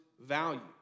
values